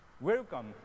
Welcome